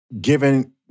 given